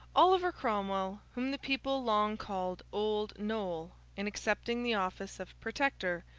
oliver cromwell whom the people long called old noll in accepting the office of protector,